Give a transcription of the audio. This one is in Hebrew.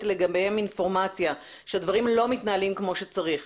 לגביהם אינפורמציה שהדברים לא מתנהלים כמו שצריך